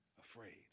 afraid